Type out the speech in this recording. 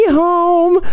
home